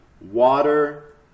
water